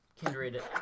kindred